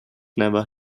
never